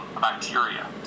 bacteria